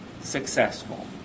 successful